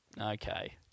okay